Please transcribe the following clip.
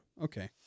okay